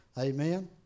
Amen